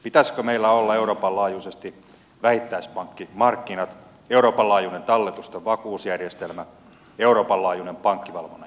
pitäisikö meillä olla euroopan laajuisesti vähittäispankkimarkkinat euroopan laajuinen talletusten vakuusjärjestelmä euroopan laajuinen pankkivalvonnan järjestelmä